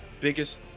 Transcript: biggest